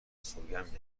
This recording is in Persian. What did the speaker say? سوگند